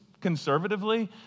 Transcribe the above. conservatively